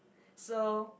so